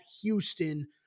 Houston